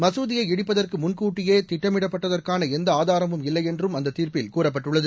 மசூதியை இடிப்பதற்கு முன்கூட்டியே திட்டமிடப்பட்டதற்கான எந்த ஆதாரமும் இல்லை என்றும் அந்த தீர்ப்பில் கூறப்பட்டுள்ளது